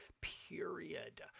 Period